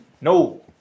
No